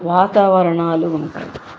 వాతావరణాలు ఉంటాయి